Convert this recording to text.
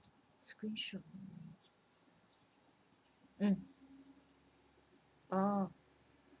screen shot um oh